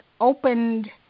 opened